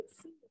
see